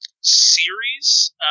series